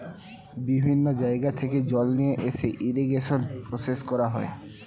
বিভিন্ন জায়গা থেকে জল নিয়ে এনে ইরিগেশন প্রসেস করা হয়